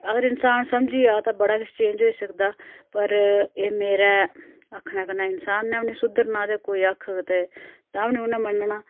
ते अगर इंसान समझी जा ते बड़ा किश चेंज होई सकदा पर एह् मेरा आखने कन्नै इंसान ने बी नेईं सुधरना ते कोई आक्खग ते तां बी नेईं उ'न्नै मन्नना